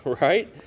right